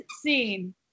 scene